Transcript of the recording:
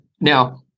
now